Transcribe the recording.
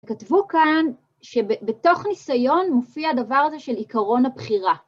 כתבו כאן, שבתוך ניסיון מופיע הדבר הזה של עיקרון הבחירה.